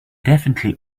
definitely